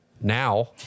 Now